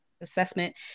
assessment